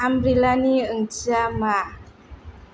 आमब्रेलानि ओंथिया मा